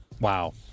Wow